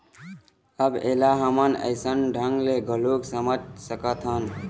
अब ऐला हमन अइसन ढंग ले घलोक समझ सकथन